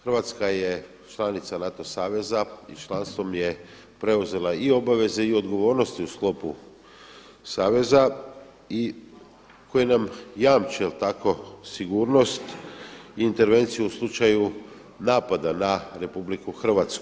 Hrvatska je članica NATO saveza i članstvom je preuzela i obaveze i odgovornosti u sklopu saveza i koje nam jamče, je li tako, sigurnost i intervenciju u slučaju napada na RH.